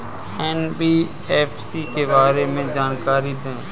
NBFC के बारे में जानकारी दें?